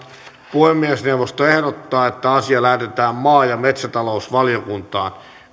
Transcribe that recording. puhemiesneuvosto ehdottaa että asia lähetetään maa ja metsätalousvaliokuntaan